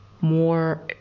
more